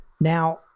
Now